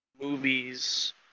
movies